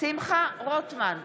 שמחה רוטמן,